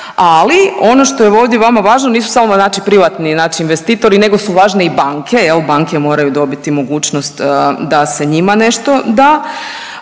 ali ono što je ovdje vama važno nisu samo znači privatni znači investitori nego su važniji banke. Banke moraju dobiti mogućnost da se njima nešto da.